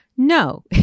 No